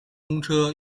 通车